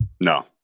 No